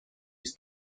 без